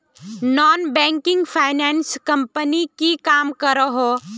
Non banking finance company की काम करोहो?